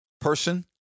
person